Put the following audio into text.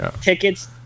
Tickets